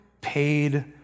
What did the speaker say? paid